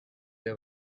they